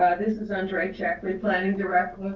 this is andre check, the planning director.